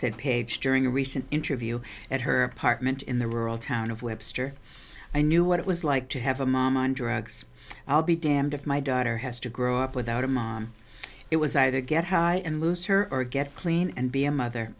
said page during a recent interview at her apartment in the rural town of webster i knew what it was like to have a mom on drugs i'll be damned if my daughter has to grow up without a mom it was either get high and lose her or get clean and be a mother